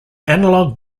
analog